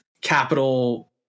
capital